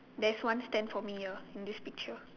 there's one stand for me here in this picture